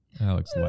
alex